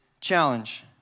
challenge